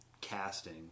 casting